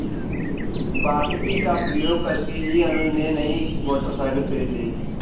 वार्षिकी का प्रयोग करके ही अनुज ने नई मोटरसाइकिल खरीदी